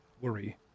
worry